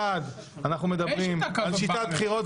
אחד, אנחנו מדברים על שיטת בחירות.